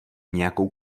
nějakou